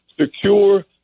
secure